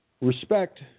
respect